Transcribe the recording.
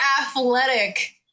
athletic